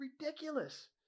ridiculous